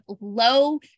low